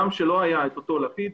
גם כשלא היה את אותו לפיד,